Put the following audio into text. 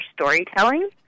storytelling